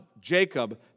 Jacob